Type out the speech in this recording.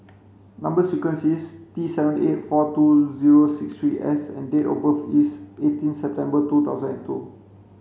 number sequence is T seven eight four two zero six three S and date of birth is eighteen September two thousand and two